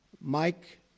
Mike